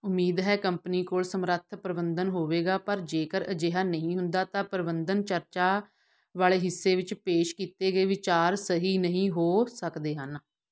ਉਮੀਦ ਹੈ ਕੰਪਨੀ ਕੋਲ ਸਮਰੱਥ ਪ੍ਰਬੰਧਨ ਹੋਵੇਗਾ ਪਰ ਜੇਕਰ ਅਜਿਹਾ ਨਹੀਂ ਹੁੰਦਾ ਤਾਂ ਪ੍ਰਬੰਧਨ ਚਰਚਾ ਵਾਲੇ ਹਿੱਸੇ ਵਿੱਚ ਪੇਸ਼ ਕੀਤੇ ਗਏ ਵਿਚਾਰ ਸਹੀ ਨਹੀਂ ਹੋ ਸਕਦੇ ਹਨ